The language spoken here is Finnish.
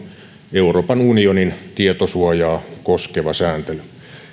euroopan unionin tietosuojaa koskeva sääntely